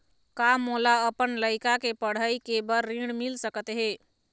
का मोला अपन लइका के पढ़ई के बर ऋण मिल सकत हे?